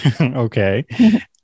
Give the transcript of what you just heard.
Okay